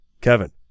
kevin